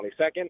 22nd